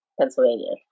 Pennsylvania